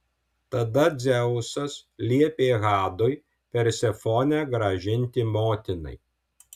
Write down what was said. tada dzeusas liepė hadui persefonę grąžinti motinai